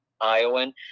Iowan